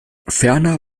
ferner